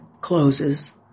closes